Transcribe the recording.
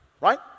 Right